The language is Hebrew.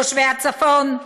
תושבי הצפון,